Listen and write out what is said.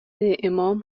امام